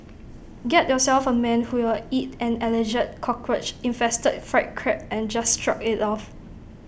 get yourself A man who will eat an Alleged Cockroach infested fried Crab and just shrug IT off